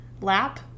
Lap